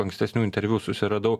ankstesnių interviu susiradau